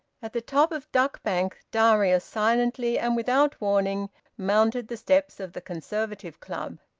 at the top of duck bank, darius silently and without warning mounted the steps of the conservative club.